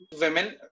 women